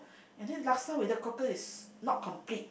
and then laksa without cockles is not complete